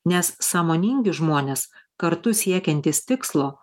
nes sąmoningi žmonės kartu siekiantys tikslo